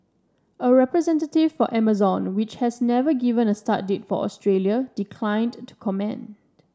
a representative for Amazon which has never given a start date for Australia declined to comment